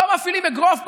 לא מפעילים אגרוף ברזל,